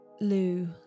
Lou